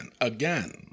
again